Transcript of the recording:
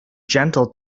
gentle